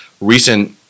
Recent